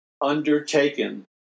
undertaken